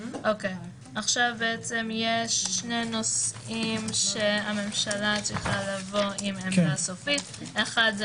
עכשיו יש שני נושאים שהממשלה צריכה לבוא עם עמדה סופית אחד זה